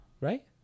Right